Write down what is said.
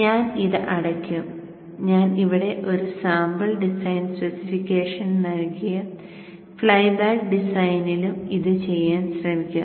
ഞാൻ ഇത് അടയ്ക്കും ഞാൻ ഇവിടെ ഒരു സാമ്പിൾ ഡിസൈൻ സ്പെസിഫിക്കേഷൻ നൽകിയ ഫ്ലൈബാക്ക് ഡിസൈനിനും ഇത് ചെയ്യാൻ ശ്രമിക്കാം